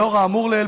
לאור האמור לעיל,